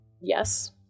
Yes